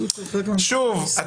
שוב,